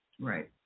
Right